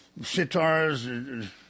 Sitars